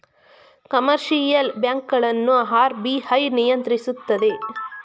commercial bank ಗಳನ್ನು RBI ನಿಯಂತ್ರಿಸುತ್ತದೆ